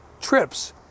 trips